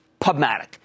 Pubmatic